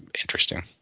interesting